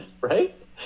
right